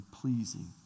pleasing